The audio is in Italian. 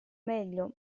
meglio